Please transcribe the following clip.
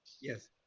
yes